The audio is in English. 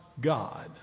God